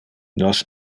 nos